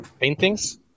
paintings